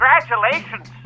congratulations